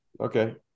Okay